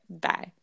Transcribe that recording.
bye